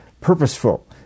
purposeful